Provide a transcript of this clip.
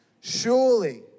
Surely